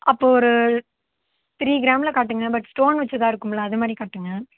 அப்போது ஒரு த்ரீ கிராமில் காட்டுங்க பட் ஸ்டோன் வைச்சதா இருக்கும்லை அதுமாதிரி காட்டுங்க